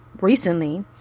recently